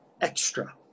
extra